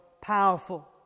powerful